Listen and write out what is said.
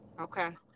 Okay